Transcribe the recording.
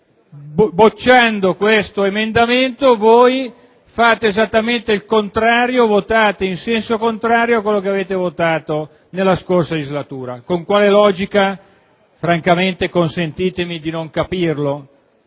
bocciando questo emendamento, fate esattamente il contrario, votate in senso contrario a quello che avete votato nella scorsa legislatura. Francamente consentitemi di non capirne